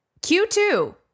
Q2